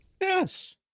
Yes